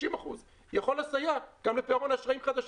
60% יכול לסייע גם לפירעון אשראים חדשים,